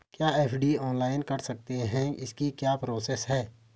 क्या FD online कर सकते हैं इसकी क्या प्रोसेस है?